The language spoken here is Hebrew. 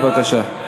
בבקשה.